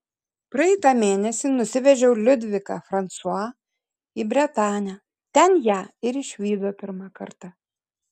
praeitą mėnesį nusivežiau liudviką fransua į bretanę ten ją ir išvydo pirmą kartą